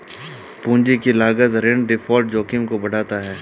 पूंजी की लागत ऋण डिफ़ॉल्ट जोखिम को बढ़ाता है